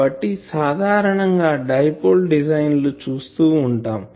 కాబట్టి సాధారణం గా డైపోల్ డిజైన్ లు చూస్తూ ఉంటాం